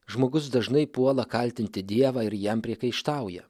žmogus dažnai puola kaltinti dievą ir jam priekaištauja